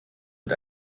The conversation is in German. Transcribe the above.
mit